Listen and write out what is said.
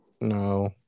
No